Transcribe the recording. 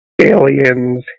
Aliens